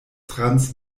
trans